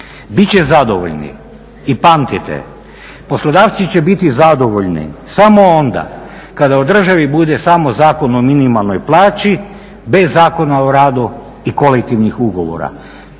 će zadovoljni. I pamtite, poslodavci će biti zadovoljni samo onda kada u državi bude samo Zakon o minimalnoj plaći bez Zakona o radu i kolektivnih ugovora.